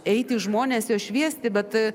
eiti į žmones jo šviesti bet